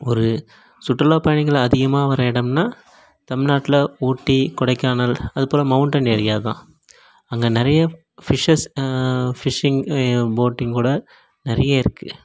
ஒரு சுற்றுலா பயணிகள் அதிகமாக வர்ற இடம்னா தமிழ்நாட்டில ஊட்டி கொடைக்கானல் அதுபோல் மவுண்டைன் ஏரியா தான் அங்கே நிறைய ஃபிஷ்ஷர்ஸ் ஃபிஷ்ஷிங் போட்டிங்கோட நிறைய இருக்குது